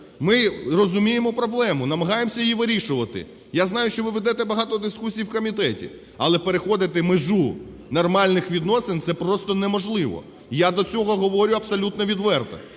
Ми розуміємо проблему, намагаємося її вирішувати. Я знаю, що ви ведете багато дискусій в комітеті, але переходити межу нормальних відносин - це просто неможливо. І я до цього говорю абсолютно відверто.